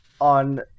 on